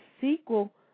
sequel